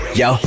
yo